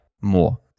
more